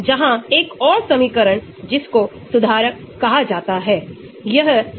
aliphatic electronic substituents जो हमारे यहां एलिफैटिक ग्रुप है